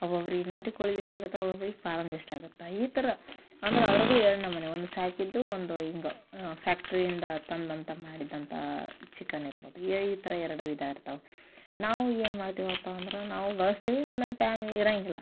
ಒಬ್ಬೊಬ್ರಿಗೆ ನಾಟಿ ಕೋಳಿದು ಇಷ್ಟ ಆಗತ್ತೆ ಒಬೊಬ್ರಿಗೆ ಪಾರಮ್ದು ಇಷ್ಟ ಆಗತ್ತೆ ಈ ಥರ ಅಂದ್ರೆ ಅದರಗೂ ಎರಡು ನಮೂನಿ ಒಂದು ಸಾಕಿದ್ದು ಒಂದು ಹಿಂಗ ಫ್ಯಾಕ್ಟ್ರಿಯಿಂದ ತಂದಂಥ ಮಾಡಿದಂಥ ಚಿಕನ್ ಇರ್ಬೋದು ಎ ಈ ಥರ ಎರಡು ವಿಧ ಇರ್ತಾವೆ ನಾವು ಏನ್ಮಾಡ್ತೀವಪ್ಪ ಅಂದ್ರೆ ನಾವು ಬಳಸ್ತೀವಿ ಒಂದೊಂದು ಟೈಮ್ ಇರೋಂಗಿಲ್ಲ